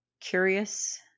curious